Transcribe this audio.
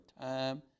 time